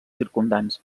circumdants